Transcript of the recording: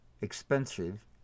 expensive